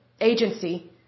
agency